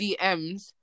DMs